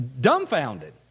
dumbfounded